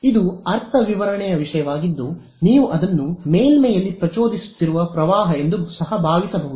ಇದು ಅರ್ಥವಿವರಣೆಯ ವಿಷಯವಾಗಿದ್ದು ನೀವು ಅದನ್ನು ಮೇಲ್ಮೈಯಲ್ಲಿ ಪ್ರಚೋದಿಸುತ್ತಿರುವ ಪ್ರವಾಹ ಎಂದು ಸಹ ಭಾವಿಸಬಹುದು